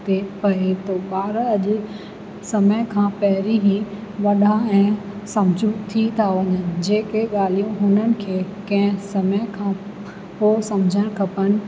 ते पए थो ॿार अॼु समय खां पहिरीं ई वॾा ऐं सम्झूं थी था वञण जेके ॻाल्हि हुननि खे कंहिं समय खां पोइ सम्झणु खनिनि